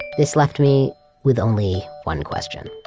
this left me with only one question